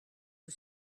que